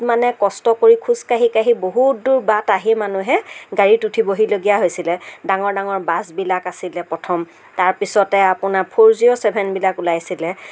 মানে কষ্ট কৰি খোজকাঢ়ি কাঢ়ি বহুত দূৰ বাট আহি মানুহে গাড়ীত উঠিবহিলগীয়া হৈছিলে ডাঙৰ ডাঙৰ বাছবিলাক আছিলে প্ৰথম তাৰ পিছতে আপোনাৰ ফ'ৰ জিৰ' ছেভেনবিলাক ওলাইছিলে